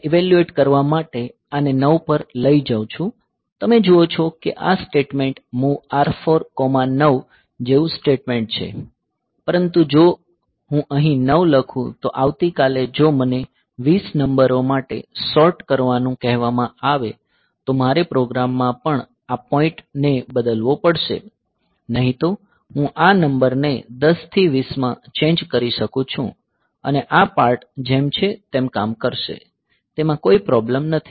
હું તેને ઇવેલ્યુએટ કરવા માટે આને 9 પર લઈ જઉં છું તમે જુઓ છો કે આ સ્ટેટમેન્ટ MOV R49 જેવું સ્ટેટમેન્ટ છે પરંતુ જો હું અહીં 9 લખું તો આવતીકાલે જો મને 20 નંબરો માટે સોર્ટ કરવાનું કહેવામાં આવે તો મારે પ્રોગ્રામ માં પણ આ પોઈન્ટ ને બદલવો પડશે નહીં તો હું આ નંબરને 10 થી 20 માં ચેન્જ કરી શકું છું અને આ પાર્ટ જેમ છે તેમ કામ કરશે તેમાં કોઈ પ્રોબ્લેમ નથી